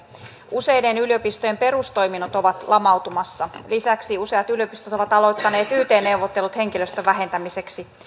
useiden yliopistojen perustoiminnot ovat lamautumassa lisäksi useat yliopistot ovat aloittaneet yt neuvottelut henkilöstön vähentämiseksi